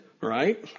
right